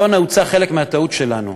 פה נעוצה חלק מהטעות שלנו.